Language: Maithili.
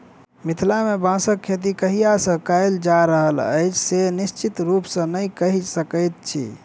मिथिला मे बाँसक खेती कहिया सॅ कयल जा रहल अछि से निश्चित रूपसॅ नै कहि सकैत छी